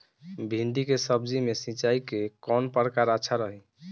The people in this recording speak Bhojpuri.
भिंडी के सब्जी मे सिचाई के कौन प्रकार अच्छा रही?